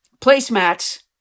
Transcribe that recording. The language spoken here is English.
placemats